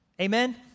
Amen